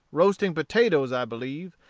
roasting potatoes i believe,